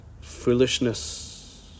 foolishness